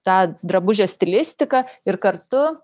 tą drabužio stilistiką ir kartu